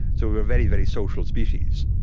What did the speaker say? so we are a very, very social species.